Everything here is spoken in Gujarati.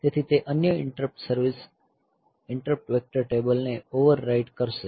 તેથી તે અન્ય interrupt service interrupt vector table ને ઓવરરાઇટ કરશે